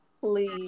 Please